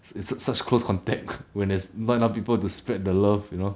it's such such close contact when there's not enough people to spread the love you know